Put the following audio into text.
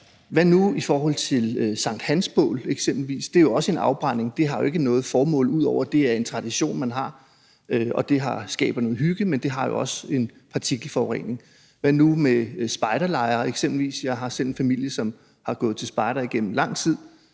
Hvad nu i forhold til eksempelvis sankthansbål? Det er jo også en afbrænding; det har jo ikke noget formål, ud over at det er en tradition, man har, og at det skaber noget hygge. Men det giver jo også en partikelforurening. Hvad nu med spejderlejre eksempelvis? Jeg har selv en familie, som har gået til spejder igennem lang tid.